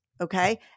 okay